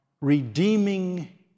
redeeming